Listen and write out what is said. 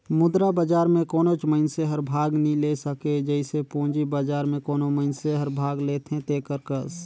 मुद्रा बजार में कोनोच मइनसे हर भाग नी ले सके जइसे पूंजी बजार में कोनो मइनसे हर भाग लेथे तेकर कस